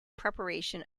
preparation